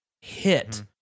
hit